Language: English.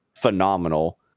phenomenal